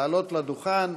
לעלות לדוכן